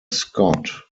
scott